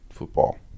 football